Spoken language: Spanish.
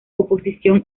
oposición